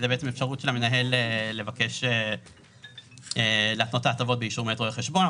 זאת האפשרות של המנהל לבקש להתנות את ההטבות באישור רואה חשבון.